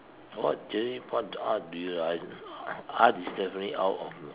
what genre what art do you like I art is definitely out of